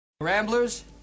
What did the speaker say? Ramblers